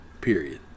Period